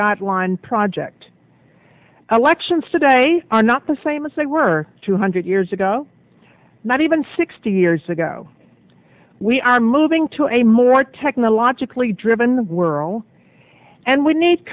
guideline project elections today are not the same as they were two hundred years ago not even sixty years ago we are moving to a more technologically driven world and we need